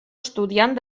estudiant